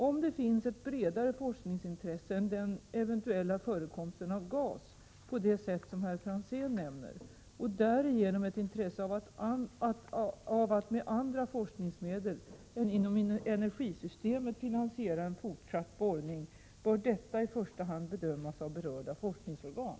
Om det finns ett bredare forskningsintresse än den eventuella förekomsten av gas, på det sätt som herr Franzén nämner, och därigenom ett intresse av att med andra forskningsmedel än inom energisystemet finansiera en fortsatt borrning, bör detta i första hand bedömas av berörda forskningsorgan.